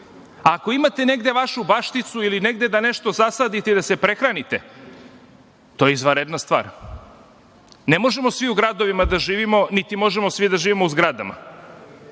Ako imate negde vašu bašticu ili negde da nešto zasadite i da se prehranite, to je izvanredna stvar. Ne možemo svi u gradovima da živimo, niti svi možemo da živimo u zgradama,